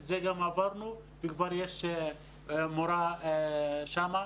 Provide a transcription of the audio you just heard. את זה גם עברנו וכבר יש מורה שם.